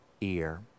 ear